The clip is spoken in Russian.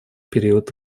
период